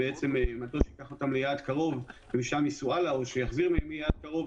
מטוס שייקח אותם ליעד קרוב ומשם ייסעו הלאה או יחזיר מיעד קרוב.